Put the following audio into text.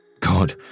God